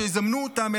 שיזמנו אותם,